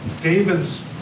David's